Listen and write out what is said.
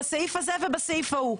בסעיף הזה ובסעיף ההוא.